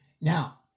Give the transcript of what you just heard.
Now